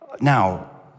Now